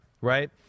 right